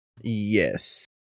Yes